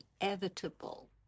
inevitable